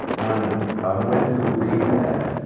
when i went through rehab,